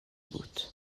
بود